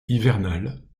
hivernale